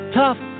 tough